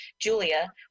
Julia